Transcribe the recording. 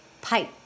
Pipe